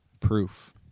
proof